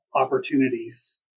opportunities